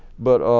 but